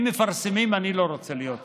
אם מפרסמים אני לא רוצה להיות שם.